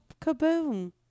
kaboom